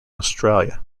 australia